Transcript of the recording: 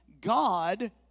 God